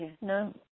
No